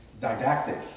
didactic